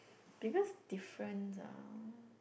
because difference ah